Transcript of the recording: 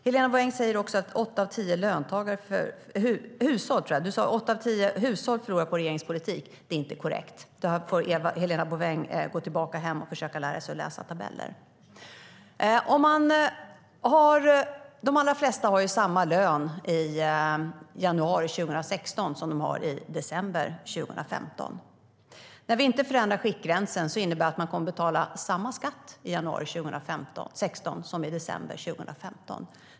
Helena Bouveng säger att åtta av tio hushåll förlorar på regeringens politik. Det är inte korrekt. Helena Bouveng får gå tillbaka hem och försöka lära sig att läsa tabeller. De allra flesta kommer att ha samma lön i januari 2016 som i december 2015. När vi inte förändrar skiktgränsen innebär det att man kommer att betala lika mycket skatt i januari 2016 som i december 2015.